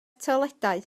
toiledau